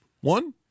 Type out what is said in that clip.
One